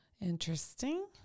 interesting